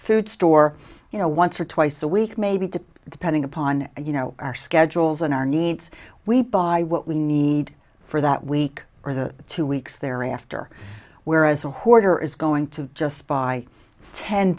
food store you know once or twice a week maybe to depending upon you know our schedules and our needs we buy what we need for that week or the two weeks thereafter whereas a hoarder is going to just buy ten